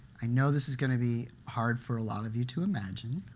i know this is going to be hard for a lot of you to imagine,